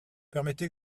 permettez